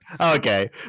Okay